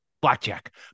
Blackjack